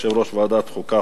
יושב-ראש ועדת החוקה,